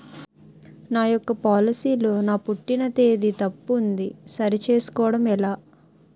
నా యెక్క పోలసీ లో నా పుట్టిన తేదీ తప్పు ఉంది సరి చేసుకోవడం ఎలా?